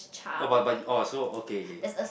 oh but but oh so okay okay